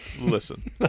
Listen